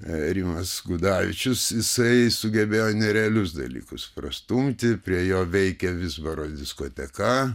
rimas gudavičius jisai sugebėjo nerealius dalykus prastumti prie jo veikė vizbaro diskoteka